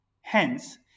Hence